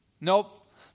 Nope